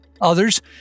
Others